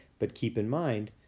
but, keep in mind,